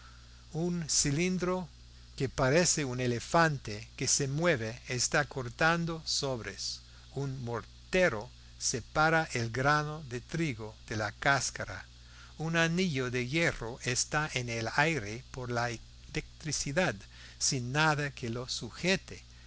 un cilindro que parece un elefante que se mueve está cortando sobres un mortero separa el grano de trigo de la cáscara un anillo de hierro está en el aire por la electricidad sin nada que lo sujete